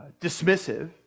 dismissive